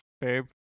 babe